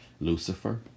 Lucifer